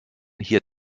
hier